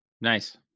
Nice